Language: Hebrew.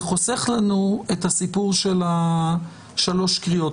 זה חוסך לנו את הסיפור של השלוש קריאות.